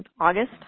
August